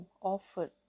offered